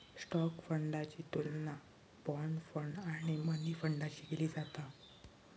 stock फंडाची तुलना bond fund आणि मनी फंडाशी केली जाता